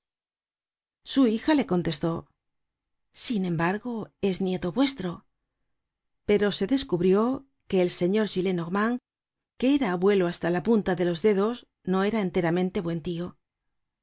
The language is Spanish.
su hija le contestó sin embargo es nieto vuestro pero se descubrió que el señor gillenormand que era abuelo hasta la punta de los dedos no era enteramente buen tio